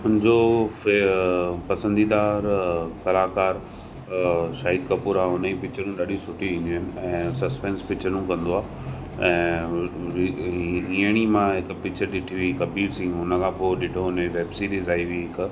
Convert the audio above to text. मुंहिंजो फे पसंदीदार कलाकारु शाहिद कपूर आहे हूनजी पिकिचरूं ॾाढियूं सुठियूं ईंदियूं आहिनि ऐं सस्पेंस पिकिचरूं कंदो आहे ऐं हीअंर ई मां हिकु पिकिचरु ॾिठी हुइ कबीर सिंग हुन खां पोइ ॾिठो हुन जी वेब सीरीज़ आइ हुइ हिकु